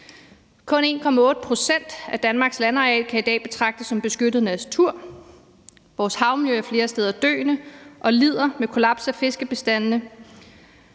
Kun 1,8 pct. af Danmarks landareal kan i dag betragtes som beskyttet natur, vores havmiljø er flere steder døende og lider med kollaps af fiskebestandene